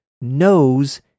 knows